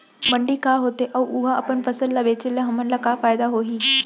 मंडी का होथे अऊ उहा अपन फसल ला बेचे ले हमन ला का फायदा होही?